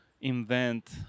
invent